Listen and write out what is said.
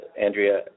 Andrea